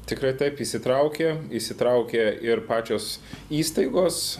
tikrai taip įsitraukė įsitraukė ir pačios įstaigos